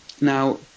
Now